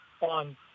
on